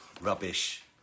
Rubbish